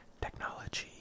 technology